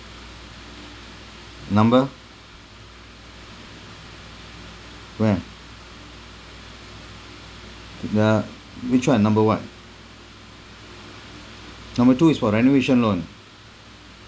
number where the which one number what number two is for renovation loan